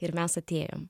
ir mes atėjom